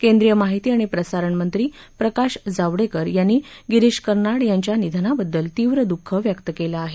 केंद्रीय माहिती आणि प्रसारण मंत्री प्रकाश जावडेकर यांनी कर्नाड यांच्या निधनाबददल तीव्र दःख व्यक्त केलं आहे